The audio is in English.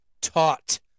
taught